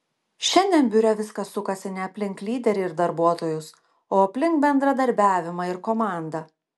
šiandien biure viskas sukasi ne aplink lyderį ir darbuotojus o aplink bendradarbiavimą ir komandą